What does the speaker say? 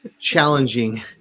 challenging